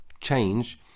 change